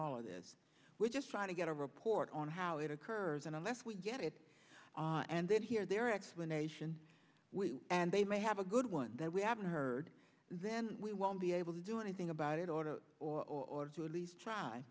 all of this we're just trying to get a report on how it occurs and unless we get it and then hear their explanation and they may have a good one that we haven't heard then we won't be able to do anything about it or to or to at least try